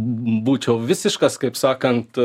būčiau visiškas kaip sakant